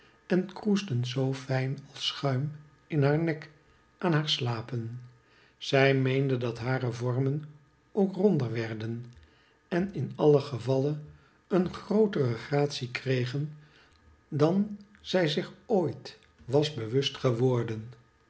en kroesden zoo fijn als schuim in haar nek aan hare slapen zij meende dat hare vormen ook ronder werden en in alien gevalle een grootere gratie kregen dan zij rich ooit was bewust geworden